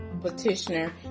petitioner